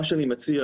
מה שאני מציע